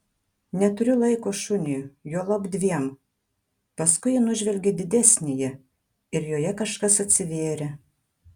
neturiu laiko šuniui juolab dviem paskui ji nužvelgė didesnįjį ir joje kažkas atsivėrė